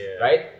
right